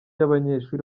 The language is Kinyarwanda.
abanyeshuri